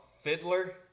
Fiddler